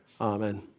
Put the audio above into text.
Amen